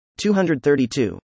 232